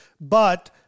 But-